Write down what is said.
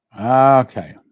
Okay